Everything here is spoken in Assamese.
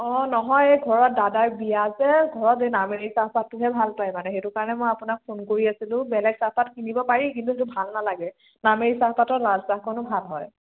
অঁ নহয় এই ঘৰত দাদাৰ বিয়া যে ঘৰত এই নামেৰি চাহপাতটোহে ভাল পায় মানে সেইটো কাৰণে মই আপোনাক ফোন কৰি আছিলোঁ বেলেগ চাহপাত কিনিব পাৰি কিন্তু সেইটো ভাল নালাগে নামেৰি চাহপাতৰ লালচাহকণো ভাল হয়